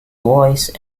voice